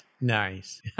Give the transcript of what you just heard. Nice